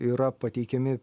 yra pateikiami